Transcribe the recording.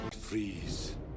Freeze